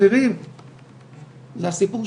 מכיוון שאף אחד לא אמר לנשים אפילו לנשים בסיכון,